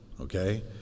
Okay